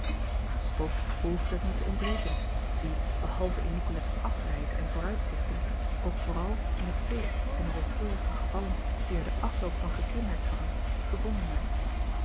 an stof behoefde het niet te ontbreken die behalve in icolettes afreize en vooruitzichten ook vooral in het feest en in de treurige gevallen die er den afloop van gekenmerkt hadden gevonden werd